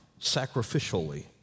sacrificially